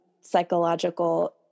psychological